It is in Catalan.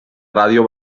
ràdio